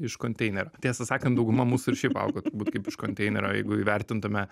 iš konteinerio tiesą sakant dauguma mūsų ir šiaip augo būtų kaip iš konteinerio jeigu įvertintume